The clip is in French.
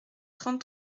trente